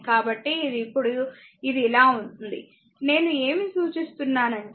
కాబట్టి ఇది ఇప్పుడు ఇది అలా ఉంది నేను ఏమి సూచిస్తున్నానంటే